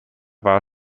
war